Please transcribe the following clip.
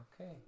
Okay